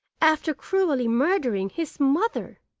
after cruelly murdering his mother!